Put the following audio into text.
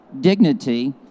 dignity